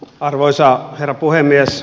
arvoisa herra puhemies